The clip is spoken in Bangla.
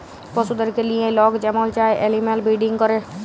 পশুদেরকে লিঁয়ে লক যেমল চায় এলিম্যাল বিরডিং ক্যরে